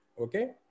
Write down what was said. okay